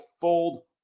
Fold